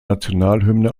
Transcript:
nationalhymne